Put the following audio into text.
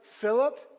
Philip